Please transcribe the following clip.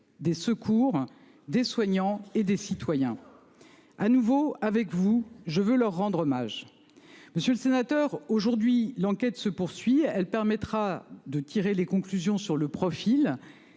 des secours des soignants et des citoyens. À nouveau, avec vous, je veux leur rendre hommage. Monsieur le sénateur. Aujourd'hui, l'enquête se poursuit, elle permettra de tirer les conclusions sur le profil